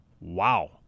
wow